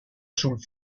sul